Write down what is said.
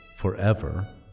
forever